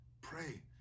pray